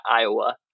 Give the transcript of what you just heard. Iowa